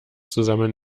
zusammen